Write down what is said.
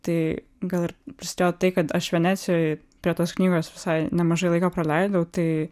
tai gal ir prisidėjo tai kad aš venecijoj prie tos knygos visai nemažai laiko praleidau tai